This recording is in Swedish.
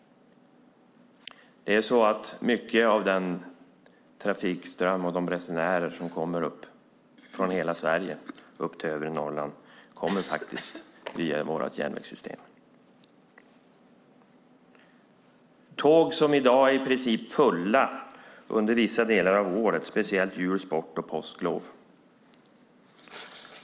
Mycket av den trafikström och många av de resenärer som kommer upp till övre Norrland från hela Sverige kommer faktiskt via vårt järnvägssystem. Tågen är i dag i princip fulla under vissa delar av året, speciellt jul-, sport och påsklov.